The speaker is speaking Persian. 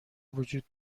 وجود